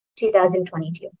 2022